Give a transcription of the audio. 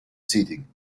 seating